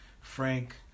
Frank